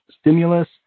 stimulus